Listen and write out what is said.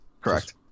Correct